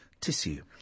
Tissue